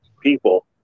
people